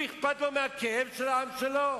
הוא אכפת לו מהכאב של העם שלו?